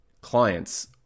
clients